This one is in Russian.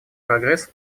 прогресс